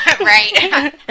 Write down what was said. Right